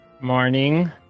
Morning